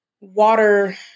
water